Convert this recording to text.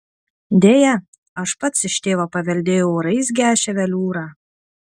deja aš pats iš tėvo paveldėjau raizgią ševeliūrą